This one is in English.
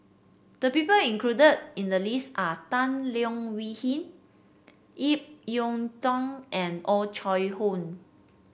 the people included in the list are Tan Leo Wee Hin Ip Yiu Tung and Oh Chai Hoo